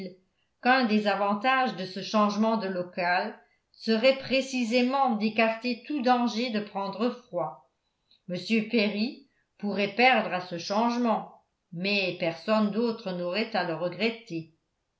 churchill qu'un des avantages de ce changement de local serait précisément d'écarter tout danger de prendre froid m perry pourrait perdre à ce changement mais personne d'autre